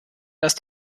dass